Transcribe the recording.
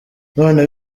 none